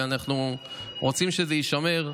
ואנחנו רוצים שזה יישמר,